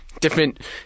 different